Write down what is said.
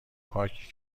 پارکی